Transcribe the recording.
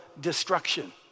destruction